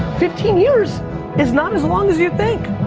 fifteen years is not as long as you think.